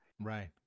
Right